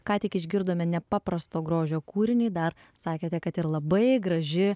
ką tik išgirdome nepaprasto grožio kūrinį dar sakėte kad ir labai graži